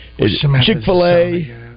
Chick-fil-A